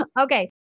Okay